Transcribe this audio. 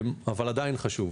אבל עדיין חשוב,